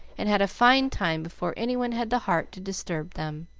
and had a fine time before any one had the heart to disturb them.